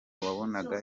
wabonaga